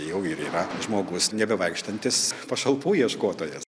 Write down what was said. jau ir yra žmogus nebevaikštantis pašalpų ieškotojas